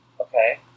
Okay